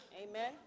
Amen